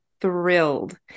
thrilled